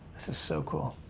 this is so cool.